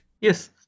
Yes